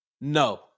No